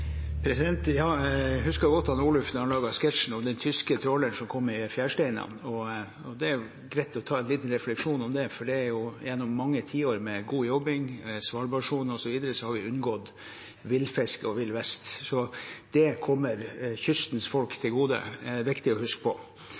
Jeg husker godt Oluf-sketsjen om den tyske tråleren som havnet i fjæresteinene. Det er greit å reflektere litt over det, for gjennom mange tiår med god jobbing, Svalbardsonen osv., har vi unngått villfiske og vill vest. Det kommer kystens folk til gode. Det er viktig å huske. Så jobber vi videre med det som går på